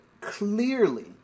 clearly